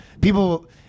people